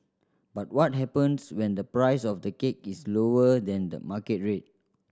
but what happens when the price of the cake is lower than the market rate